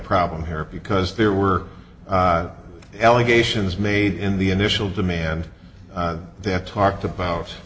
problem here because there were allegations made in the initial demand they have talked about